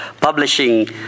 publishing